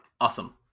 Awesome